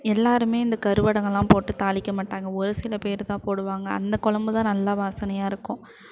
எல்லாேருமே இந்த கருவடகமெலாம் போட்டு தாளிக்க மாட்டாங்க ஒரு சில பேர் தான் போடுவாங்க அந்த கொழம்பு தான் நல்லா வாசனையாக இருக்கும்